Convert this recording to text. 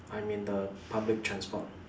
I am in the public transport